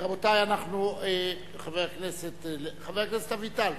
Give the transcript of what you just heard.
חבר הכנסת אביטל,